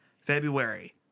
February